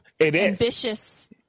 ambitious